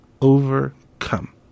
overcome